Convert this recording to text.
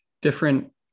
different